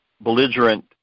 belligerent